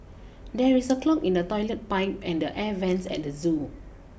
there is a clog in the toilet pipe and the air vents at the zoo